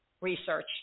research